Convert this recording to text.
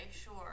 sure